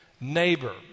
neighbor